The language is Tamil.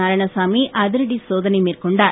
நாராயணசாமி அதிரடி சோதனை மேற்கொண்டார்